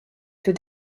für